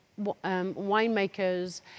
winemakers